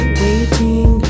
waiting